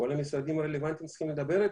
כל המשרדים הרלוונטיים צריכים לדבר איתו.